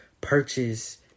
purchase